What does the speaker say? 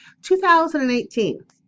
2018